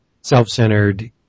self-centered